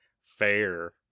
Fair